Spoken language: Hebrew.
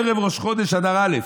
ערב ראש חודש אדר א'.